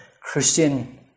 Christian